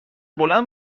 بلند